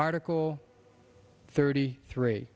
article thirty three